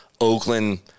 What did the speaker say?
Oakland